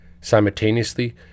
Simultaneously